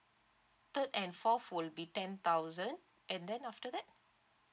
third and fourth will be ten thousand and then after that